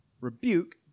Rebuke